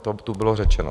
To tu bylo řečeno.